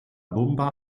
bomba